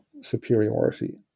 superiority